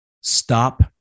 Stop